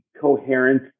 coherent